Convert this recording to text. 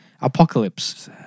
Apocalypse